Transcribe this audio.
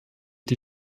die